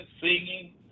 singing